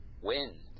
Win